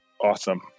Awesome